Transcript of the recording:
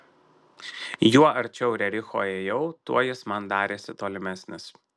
juo arčiau rericho ėjau tuo jis man darėsi tolimesnis